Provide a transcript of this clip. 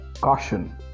caution